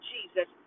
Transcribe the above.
Jesus